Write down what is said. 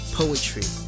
poetry